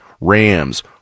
rams